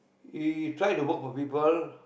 he try to work for people